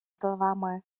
словами